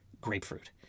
grapefruit